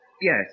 Yes